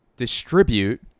distribute